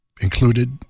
included